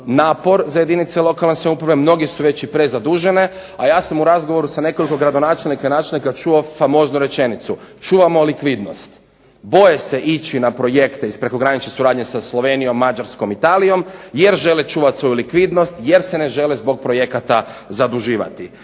napor za jedinice lokalne samouprave. Mnoge su već i prezadužene, a ja sam u razgovoru sa nekoliko gradonačelnika i načelnika čuo famoznu rečenicu čuvamo likvidnost. Boje se ići na projekte iz prekogranične suradnje sa Slovenijom, Mađarskom i Italijom jer žele čuvati svoju likvidnost, jer se ne žele zbog projekata zaduživati.